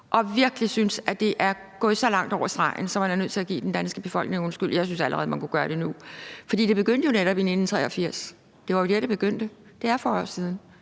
og virkelig synes, at det er gået så langt over stregen, at man er nødt til at give den danske befolkning en undskyldning. Jeg synes, at man allerede kunne gøre det nu. For det begyndte netop i 1983. Det var jo der, det begyndte. Det er 40 år siden,